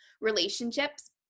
relationships